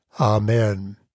Amen